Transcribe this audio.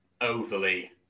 overly